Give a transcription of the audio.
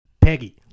Peggy